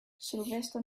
sylvester